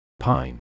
Pine